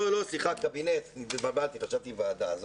לא, סליחה, קבינט, התבלבלתי, חשבתי ועדה.